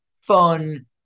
fun